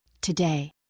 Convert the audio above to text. Today